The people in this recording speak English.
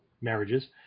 marriages